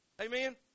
Amen